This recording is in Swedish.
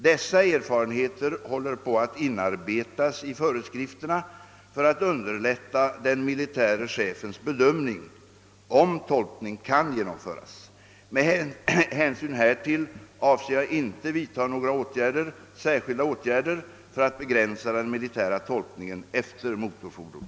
Dessa erfarenheter håller på att inarbetas i föreskrifterna för att underlätta den militäre chefens bedömning, om tolkning kan genomföras, Med hänsyn härtill avser jag inte vidta några särskilda åtgärder för att begränsa den militära tolkningen efter motorfordon.